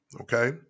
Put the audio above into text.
Okay